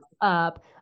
up